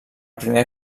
primer